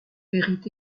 périt